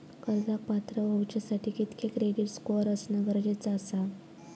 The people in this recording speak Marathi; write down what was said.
कर्जाक पात्र होवच्यासाठी कितक्या क्रेडिट स्कोअर असणा गरजेचा आसा?